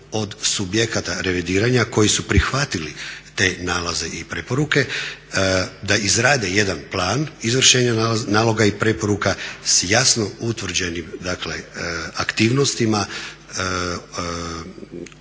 od subjekata revidiranja koji su prihvatili te nalaze i preporuke da izrade jedan plan izvršenja naloga i preporuka s jasno utvrđenim aktivnostima,